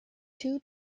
two